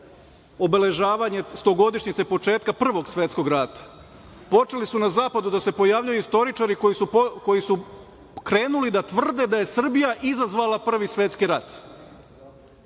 obeležavanje 100 godišnjice početka Prvog svetskog rata, počeli su na Zapadu da se pojavljuju istoričari koji su krenuli da tvrde da je Srbija izazvala Prvi svetski rat.